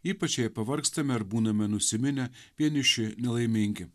ypač jei pavargstame būname nusiminę vieniši nelaimingi